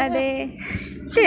ऐ ते ते